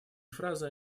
фраза